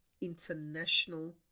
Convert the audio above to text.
international